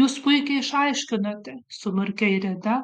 jūs puikiai išaiškinote sumurkė airida